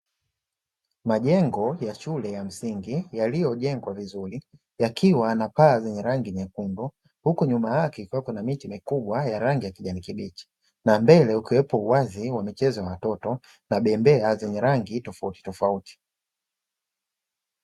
Majengo ya shule ya msingi yaliyojengwa vizuri, yakiwa na paa zenye rangi nyekundu huku nyuma yake kukiwa na miti mikubwa ya rangi ya kijani kibichi na mbele ukiwepo uwazi wa michezo ya watoto na bembea zenye rangi tofautitofauti.